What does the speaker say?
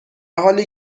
حالی